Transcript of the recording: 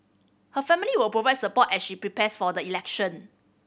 her family will provide support as she prepares for the election